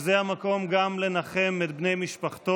זה המקום גם לנחם את בני משפחתו,